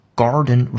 garden